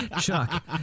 Chuck